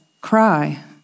cry